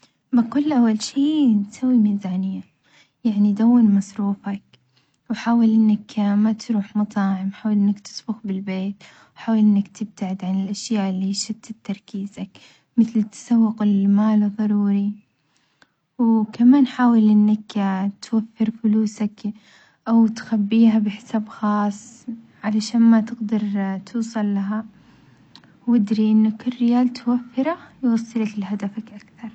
بقول له أول شي تسوي ميزانية، يعني دون مصروفك حاول إنك ما تروح مطاعم حاول إنك تطبخ بالبيت، حاول إنك تبتعد عن الأشياء اللي يشتت تركيزك مثل التسوق اللي ماله ظروري، وكمان حاول إنك توفر فلوسك أو تخبيها بحساب خاص علشان ما تقدر توصلها وادري إن كل ريال توفره يوصلك لهدفك أكثر.